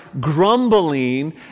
grumbling